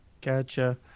Gotcha